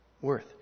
worth